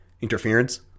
interference